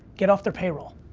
get off their payroll.